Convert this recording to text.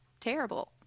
terrible